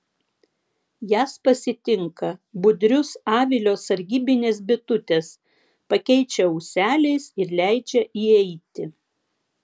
jas pasitinka budrius avilio sargybinės bitutės pakeičia ūseliais ir leidžia įeiti